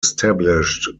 established